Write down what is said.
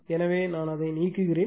எனவே அதை நீக்குகிறேன்